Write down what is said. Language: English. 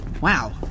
Wow